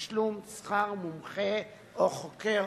תשלום שכר מומחה או חוקר".